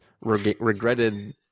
regretted